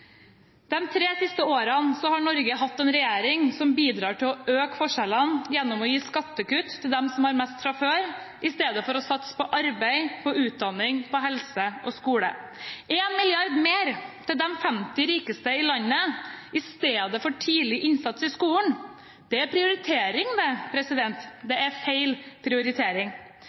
tre siste årene har Norge hatt en regjering som bidrar til å øke forskjellene gjennom å gi skattekutt til dem som har mest fra før, istedenfor å satse på arbeid, utdanning, helse og skole. Én milliard mer til de 50 rikeste i landet istedenfor tidlig innsats i skolen – det er prioritering, det. Det er feil prioritering.